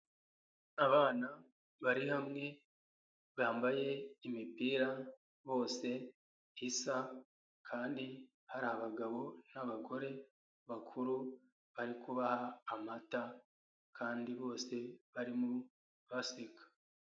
Abana bari hamwe, bambaye imipira bose isa kandi hari abagabo n'abagore bakuru bari kubaha amata kandi bose barimo baseka.